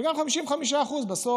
וגם אם זה 55% בסוף,